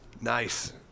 Nice